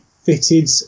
fitted